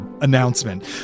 announcement